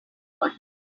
one